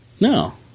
No